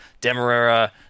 Demerara